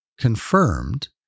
confirmed